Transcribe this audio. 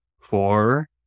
four